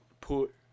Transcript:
put